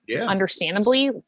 understandably